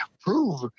prove